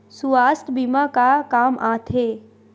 सुवास्थ बीमा का काम आ थे?